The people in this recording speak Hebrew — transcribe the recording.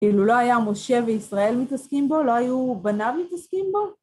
כאילו לא היה משה וישראל מתעסקים בו, לא היו בניו מתעסקים בו?